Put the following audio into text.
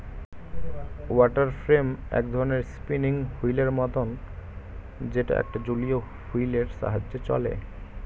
water frame এক ধরণের spinning wheel এর মতন যেটা একটা জলীয় হুইল এর সাহায্যে চলে